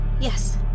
Yes